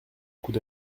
coup